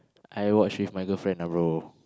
I watch with my girlfriend ah bro